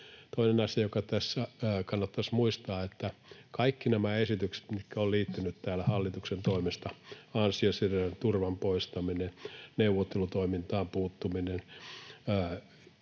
Toinen asia, joka tässä kannattaisi muistaa, on se, että kaikkia näitä esityksiä, mitkä ovat täällä hallituksen toimesta — ansiosidonnaisen turvan poistaminen, neuvottelutoimintaan puuttuminen,